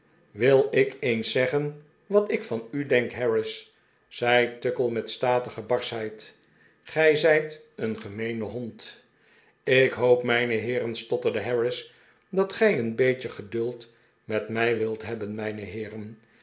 wil ik eens zeggen wat ik van u denk harris zei tuckle met statige barschheid gij zijt een gemeene hond ik hoop mijne heeren stotterde harris dat gij een beetje geduld met mij wilt hebben mijne heeren